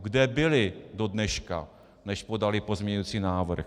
Kde byli do dneška, než podali pozměňující návrh?